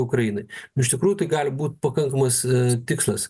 ukrainai iš tikrųjų tai gali būt pakankamas tikslas